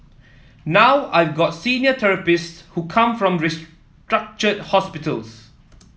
now I've got senior therapists who come from restructured hospitals